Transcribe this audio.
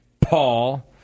Paul